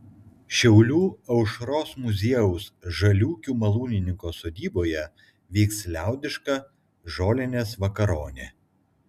šiaulių aušros muziejaus žaliūkių malūnininko sodyboje vyks liaudiška žolinės vakaronė